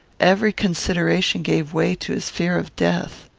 every consideration gave way to his fear of death.